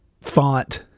font